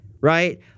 right